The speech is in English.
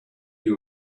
you